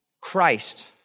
Christ